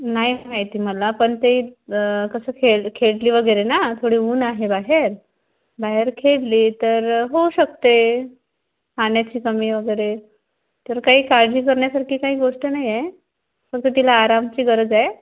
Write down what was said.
नाहीच माहिती मला पण ते कसं खेळ खेळली वगैरे ना थोडी ऊन आहे बाहेर बाहेर खेळली तर होऊ शकते पाण्याची कमी वगैरे तर काही काळजी करण्यासारखी काही गोष्ट नाही आहे फक्त तिला आरामाची गरज आहे